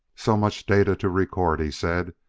so much data to record, he said.